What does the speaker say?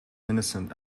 innocent